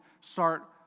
start